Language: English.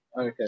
Okay